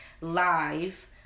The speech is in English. live